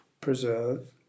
preserve